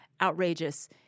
outrageous